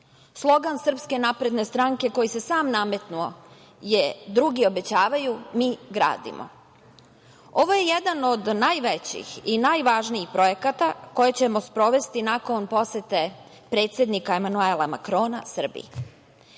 obećan metro. Slogan SNS koji se sam nametnuo je – Drugi obećavaju, mi gradimo. Ovo je jedan od najvećih i najvažnijih projekata koje ćemo sprovesti nakon posete predsednika Emanuela Makrona Srbiji.